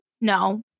No